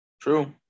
True